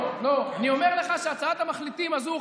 אני אומר לך שהצעת המחליטים הזאת,